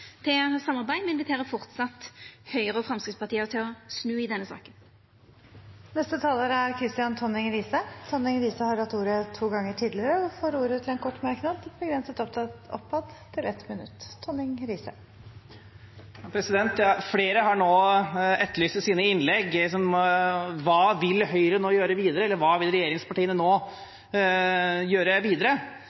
til samarbeid. Me inviterer framleis Høgre og Framstegspartiet til å snu i denne saka. Representanten Kristian Tonning Riise har hatt ordet to ganger tidligere og får ordet til en kort merknad, begrenset til 1 minutt. Flere har i sine innlegg etterlyst hva Høyre nå vil gjøre videre, hva regjeringspartiene nå vil gjøre.